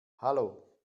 hallo